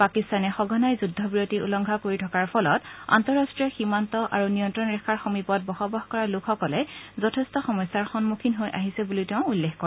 পাকিস্তানে সঘনাই যুদ্ধ বিৰতি উলংঘা কৰি থকাৰ ফলত আন্তঃৰাষ্ট্ৰীয় সীমান্ত আৰু নিয়ন্ত্ৰণ ৰেখাৰ সমীপত বসবাস কৰা লোকসকলে যথেঠ সমস্যাৰ সন্মুখীন হৈ আছে বুলিও প্ৰধানমন্ত্ৰীয়ে উল্লেখ কৰে